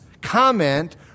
comment